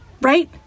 Right